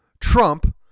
trump